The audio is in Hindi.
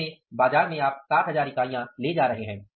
अंत में बाज़ार में आप 60000 इकाईयां ले जा रहे हैं